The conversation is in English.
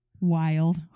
Wild